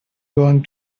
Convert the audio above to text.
going